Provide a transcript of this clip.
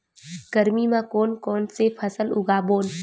गरमी मा कोन कौन से फसल उगाबोन?